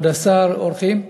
כבוד השר, אורחים,